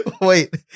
Wait